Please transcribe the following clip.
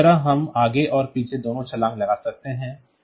तो इस तरह हम आगे और पीछे दोनों छलांग लगा सकते हैं